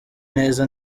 neza